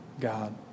God